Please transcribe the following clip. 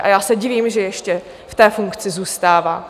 A já se divím, že ještě v té funkci zůstává.